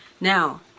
Now